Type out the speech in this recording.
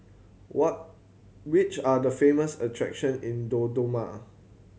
what which are the famous attraction in Dodoma